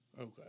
Okay